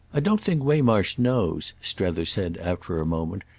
i don't think waymarsh knows, strether said after a moment,